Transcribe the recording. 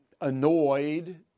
annoyed